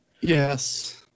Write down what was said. Yes